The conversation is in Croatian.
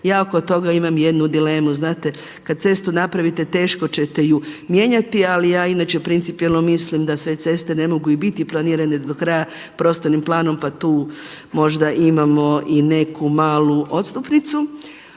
Ja oko toga imam jednu dilemu, znate kada cestu napravite teško čete ju mijenjati, ali ja inače principijelno mislim da sve ceste ne mogu i biti planirane do kraja prostornim planom pa tu možda imamo i neku malu odstupnicu.